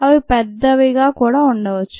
అవి పెద్దవిగా కూడా ఉండవచ్చు